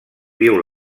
viu